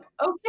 okay